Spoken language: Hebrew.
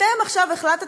אתם עכשיו החלטתם,